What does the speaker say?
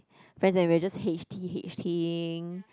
and we were just h_t_h_t ing